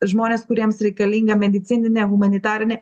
žmonės kuriems reikalinga medicininė humanitarinė